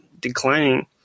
declining